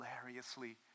hilariously